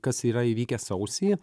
kas yra įvykę sausį